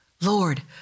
Lord